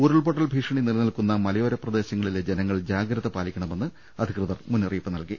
ഉരുൾപൊട്ടൽ ഭീഷണി നിലനിൽക്കുന്ന മലയോരപ്രദേശങ്ങളിലെ ജനങ്ങൾ ജാഗ്രത പാലി ക്കണമെന്ന് അധികൃതർ നിർദ്ദേശം നൽകി